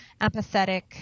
empathetic